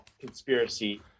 conspiracy